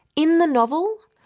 in the novel,